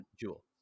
Jewel